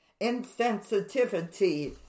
insensitivity